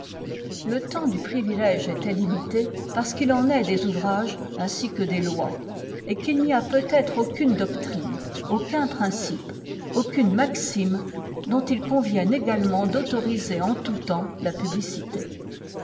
le temps du privilège était limité parce qu'il en est des ouvrages ainsi que des lois et qu'il n'y a peut-être aucune doctrine aucun principe aucune maxime dont il convienne également d'autoriser en tout temps la publicité